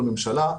בממשלה,